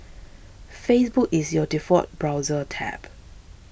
Facebook is your default browser tab